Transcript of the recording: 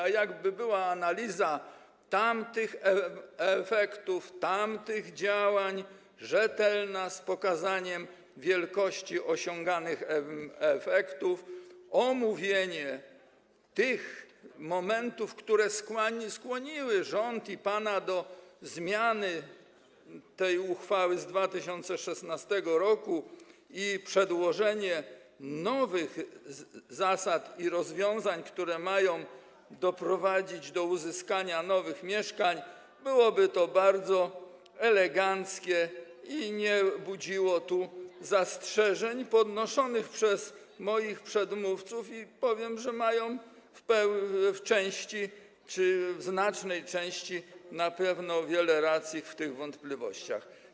A jakby była analiza tamtych efektów, tamtych działań, rzetelna, z pokazaniem wielkości osiąganych efektów, omówieniem tych momentów, które skłoniły rząd i pana do zmiany uchwały z 2016 r., i przedłożeniem nowych zasad i rozwiązań, które mają doprowadzić do uzyskania nowych mieszkań, byłoby to bardzo eleganckie i nie budziłoby zastrzeżeń podnoszonych przez moich przedmówców - i powiem, że mają w części, czy w znacznej części, na pewno wiele racji w tych wątpliwościach.